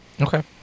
Okay